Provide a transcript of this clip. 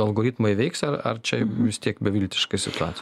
algoritmai veiks ar ar čia vis tiek beviltiška situacija